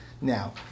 Now